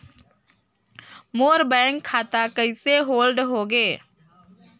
मोर bank खाता कइसे hold होगे?